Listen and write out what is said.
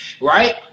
right